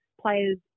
players